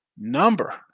number